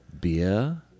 Beer